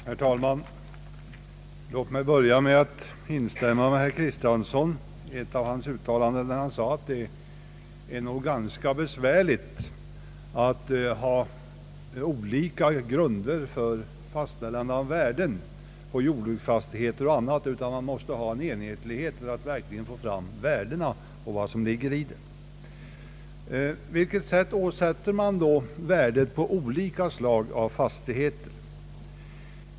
Herr talman! Låt mig börja med att instämma i ett av herr Axel Kristianssons uttalanden, nämligen att det nog är ganska besvärligt att ha olika grunder för fastställande av värden på jordbruksfastigheter och andra fastigheter och att man måste ha enhetlighet för att verkligen få fram värdena. På vilket sätt åsätter man då värden på olika slag av fastigheter?